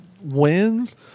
wins